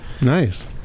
Nice